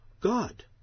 God